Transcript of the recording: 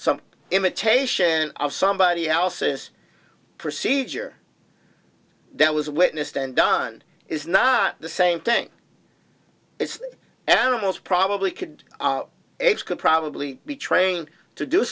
some imitation of somebody else's procedure that was witnessed and done is not the same thing it's animals probably could x could probably be trained to do